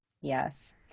Yes